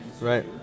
Right